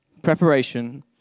Preparation